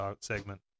segment